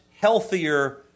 healthier